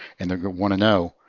and they're going to want to know,